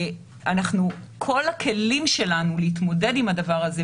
כל הכלים שלנו להתמודד עם הדבר הזה,